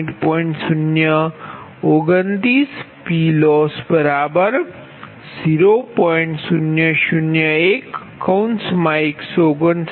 029 7027